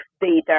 data